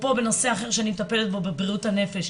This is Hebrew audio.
אפרופו בנושא אחר שאני מטפלת בו בבריאות הנפש,